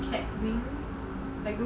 ya I I don't know how